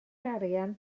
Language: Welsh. arian